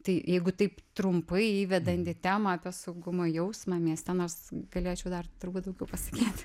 tai jeigu taip trumpai įvedant į temą apie saugumo jausmą mieste nors galėčiau dar turbūt daugiau pasakyt